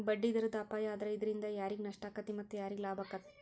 ಬಡ್ಡಿದರದ್ ಅಪಾಯಾ ಆದ್ರ ಇದ್ರಿಂದಾ ಯಾರಿಗ್ ನಷ್ಟಾಕ್ಕೇತಿ ಮತ್ತ ಯಾರಿಗ್ ಲಾಭಾಕ್ಕೇತಿ?